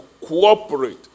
cooperate